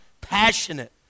passionate